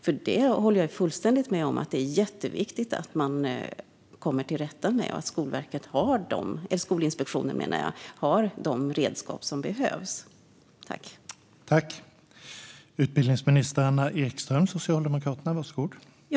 Jag håller nämligen fullständigt med om att det är jätteviktigt att man kommer till rätta med sådant och att Skolinspektionen har de redskap som behövs för det.